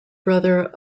brother